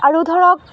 আৰু ধৰক